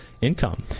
income